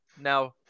Now